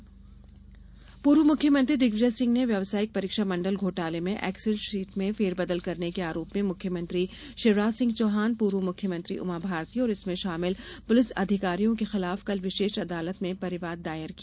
दिग्विजय पूर्व मुख्यमंत्री दिग्विजय सिंह ने व्यावसायिक परीक्षा मंडल घोटाले में एक्सल सीट में फेरबदल करने के आरोप में मुख्यमंत्री शिवराज सिंह चौहान पूर्व मुख्यमंत्री उमाभारती और इसमें शामिल पुलिस अधिकारियों के खिलाफ कल विशेष अदालत में परिवाद दायर किया